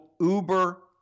Uber